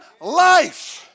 life